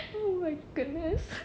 oh my goodness